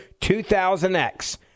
2000X